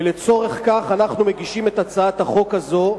ולצורך כך אנחנו מגישים את הצעת החוק הזאת,